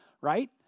right